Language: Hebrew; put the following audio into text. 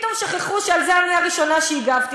פתאום שכחו שעל זה אני הראשונה שהגבתי.